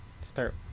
start